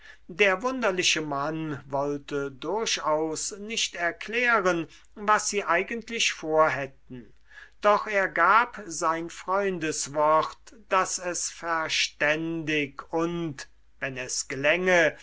der wunderliche mann wollte durchaus nicht erklären was sie eigentlich vorhätten doch er gab sein freundeswort daß es verständig und wenn es gelänge